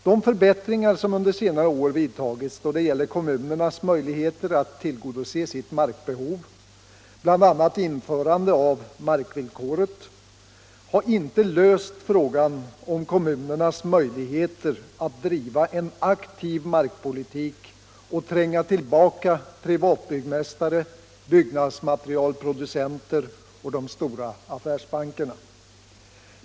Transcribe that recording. De förbättringar som under senare år skeu då det gäller kommunernas möjligheter att tillgodose sitt markbehov, bl.a. införandet av markvillkoret, har inte löst frågan om kommunernas möjligheter att driva en aktiv markpolitik och tränga tillbaka privatbyggmästare, byggnadsmaterialproducenter och de stora affärsbankerna.